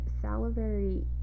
salivary